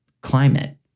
climate